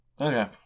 Okay